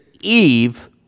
Eve